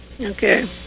Okay